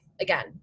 again